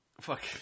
fuck